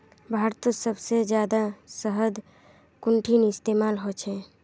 भारतत सबसे जादा शहद कुंठिन इस्तेमाल ह छे